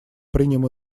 примем